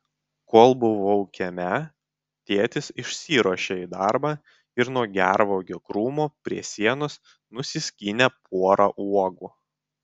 kol buvau kieme tėtis išsiruošė į darbą ir nuo gervuogių krūmo prie sienos nusiskynė porą uogų